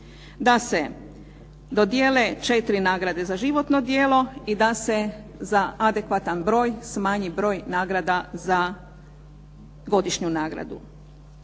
da se dodjele četiri nagrade za životno djelo i da se za adekvatan broj smanji broj nagrada za godišnju nagradu.